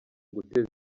guteza